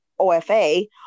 OFA